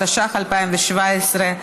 התשע"ח 2017,